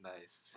Nice